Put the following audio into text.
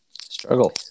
struggle